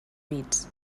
bits